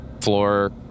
floor